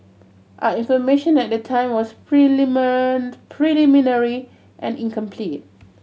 our information at the time was preliminary and incomplete